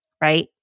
Right